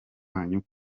kanyu